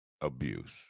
abuse